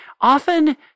often